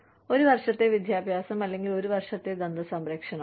ഒന്നുകിൽ ഒരു വർഷത്തെ വിദ്യാഭ്യാസം അല്ലെങ്കിൽ ഒരു വർഷത്തെ ദന്ത സംരക്ഷണം